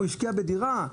הוא השקיע בדירה?